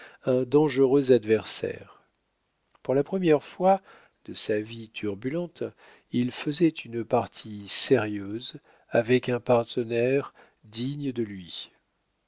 un dangereux adversaire pour la première fois de sa vie turbulente il faisait une partie sérieuse avec un partner digne de lui